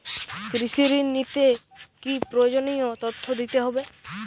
কৃষি ঋণ নিতে কি কি প্রয়োজনীয় তথ্য দিতে হবে?